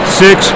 six